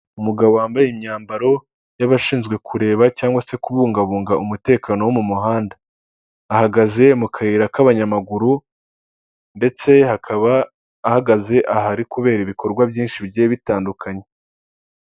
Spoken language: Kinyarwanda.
Umugabo wambaye imyambaro y'abashinzwe kureba cyangwa se kubungabunga umutekano wo mu muhanda; ahagaze mu kayira k'abanyamaguru, ndetse hakaba ahagaze ahari kubera ibikorwa byinshi bigiye bitandukanye.